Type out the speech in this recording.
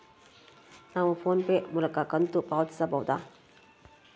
ನಾವು PhonePe ಮೂಲಕ ಕಂತು ಪಾವತಿಸಬಹುದಾ?